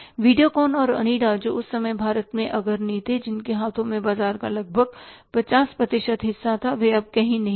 वीडियोकॉन और ओनिडा जो उस समय बाजार में अग्रणी थे जिनके हाथों में बाजार का लगभग 50 प्रतिशत हिस्सा था वे अब कहीं नहीं हैं